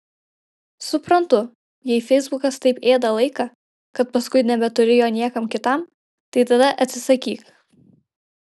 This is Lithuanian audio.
suprantu jei feisbukas taip ėda laiką kad paskui nebeturi jo niekam kitam tai tada atsisakyk